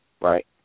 right